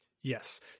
Yes